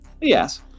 Yes